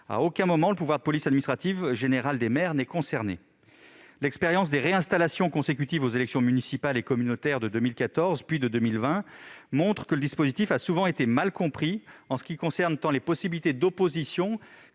À aucun moment, le pouvoir de police administrative générale des maires n'est concerné. L'expérience des réinstallations consécutives aux élections municipales et communautaires de 2014 puis de 2020 montre que le dispositif a souvent été mal compris, en ce qui concerne tant les possibilités d'opposition